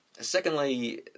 Secondly